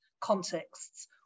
contexts